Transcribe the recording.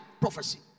prophecy